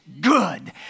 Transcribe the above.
good